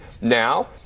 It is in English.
now